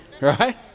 Right